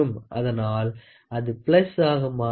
அதனால் அது பிளஸ் ஆக மாறிவிடும்